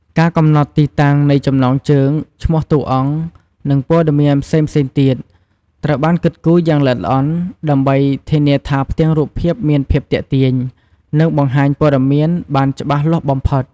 ការកំណត់ទីតាំងនៃចំណងជើង ឈ្មោះតួអង្គ និងព័ត៌មានផ្សេងៗទៀត ត្រូវបានគិតគូរយ៉ាងល្អិតល្អន់ ដើម្បីធានាថាផ្ទាំងរូបភាពមានភាពទាក់ទាញ និងបង្ហាញព័ត៌មានបានច្បាស់លាស់បំផុត ។